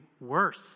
worse